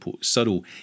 subtle